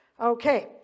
Okay